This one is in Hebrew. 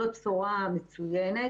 זאת בשורה מצוינת.